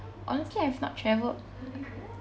honestly I've not travelled